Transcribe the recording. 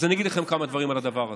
אז אני אגיד לכם כמה דברים על הדבר הזה: